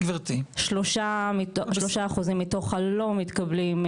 3% מתוך הלא מתקבלים,